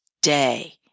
day